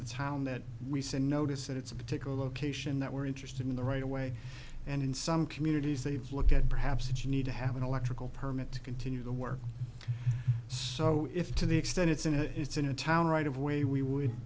the town that we send notice that it's a particular location that we're interested in the right away and in some communities they've looked at perhaps that you need to have an electrical permit to continue the work so if to the extent it's in a it's in a town right of way we would